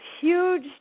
huge